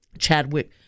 Chadwick